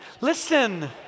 listen